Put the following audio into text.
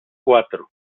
cuatro